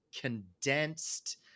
condensed